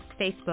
Facebook